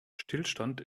stillstand